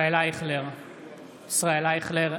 (קורא בשמות חברי הכנסת) ישראל אייכלר,